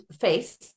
face